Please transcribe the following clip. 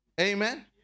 Amen